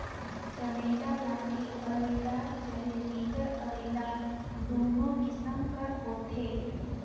चमेटा लाठी अरईदार चहे बिगर अरईदार दुनो किसिम कर होथे